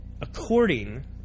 According